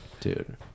dude